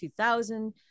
2000